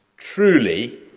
truly